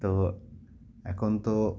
তো এখন তো